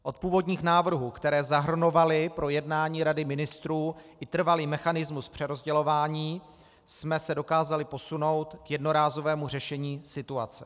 Od původních návrhů, které zahrnovaly pro jednání Rady ministrů i trvalý mechanismus přerozdělování, jsme se dokázali posunout k jednorázovému řešení situace.